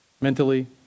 Mentally